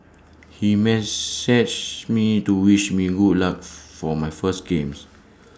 he messaged me to wish me good luck for my first games